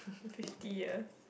fifty years